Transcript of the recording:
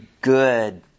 good